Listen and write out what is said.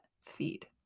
feed